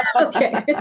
Okay